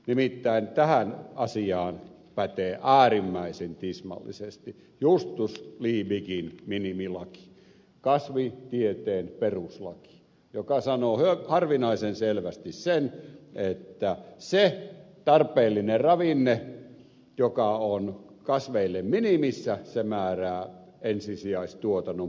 nimittäin tähän asiaan pätee äärimmäisen tismallisesti justus von liebigin minimilaki kasvitieteen peruslaki joka sanoo harvinaisen selvästi sen että se tarpeellinen ravinne joka on kasveille minimissä se määrää ensisijaistuotannon primääriproduktion tason